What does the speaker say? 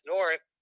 North